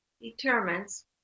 determines